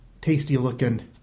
tasty-looking